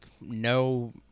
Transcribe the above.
no